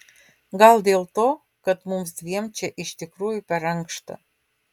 gal dėl to kad mums dviem čia iš tikrųjų per ankšta